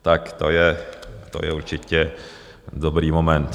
Tak to je určitě dobrý moment.